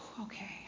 Okay